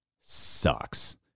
sucks